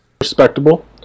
Respectable